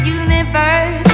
universe